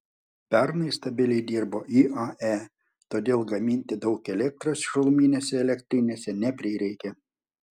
pernai stabiliai dirbo iae todėl gaminti daug elektros šiluminėse elektrinėse neprireikė